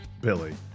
Billy